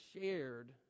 shared